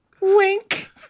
Wink